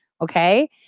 okay